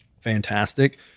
fantastic